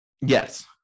Yes